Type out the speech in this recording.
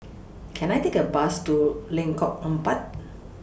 Can I Take A Bus to Lengkong Empat